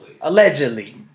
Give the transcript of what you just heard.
allegedly